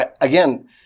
again